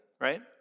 Right